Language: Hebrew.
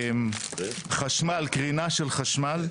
חשמל קרינה של חשמל,